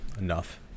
Enough